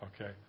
Okay